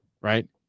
right